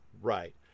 right